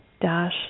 dash